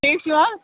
ٹھیٖک چھو حظ